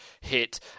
hit